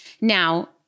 Now